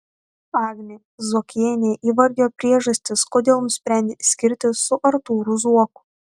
agnė zuokienė įvardijo priežastis kodėl nusprendė skirtis su artūru zuoku